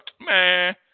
Man